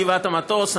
גבעת המטוס.